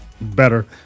better